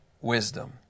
wisdom